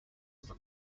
over